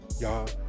y'all